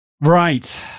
Right